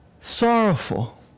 sorrowful